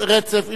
ברצף.